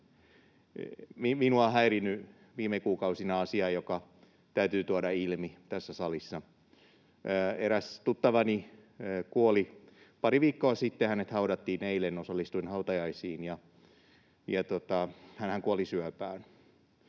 Minua on häirinnyt viime kuukausina asia, joka täytyy tuoda ilmi tässä salissa. Eräs tuttavani kuoli pari viikkoa sitten, hänet haudattiin eilen, osallistuin hautajaisiin. Hänhän kuoli syöpään.